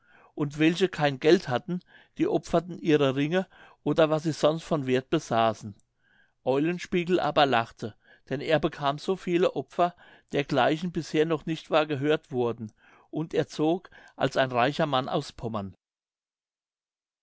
und welche kein geld hatten die opferten ihre ringe oder was sie sonst von werth besaßen eulenspiegel aber lachte denn er bekam so viele opfer dergleichen bisher noch nicht war gehört worden und er zog als ein reicher mann aus pommern